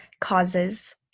causes